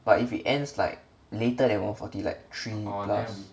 but if it ends like later than one forty like three plus